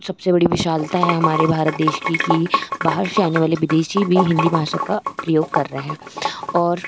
सबसे बड़ी विशालता है हमारे भारत देश की कि बाहर से आने वाले विदेशी भी हिन्दी भाषा का प्रयोग कर रहे हैं और